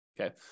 okay